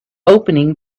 opening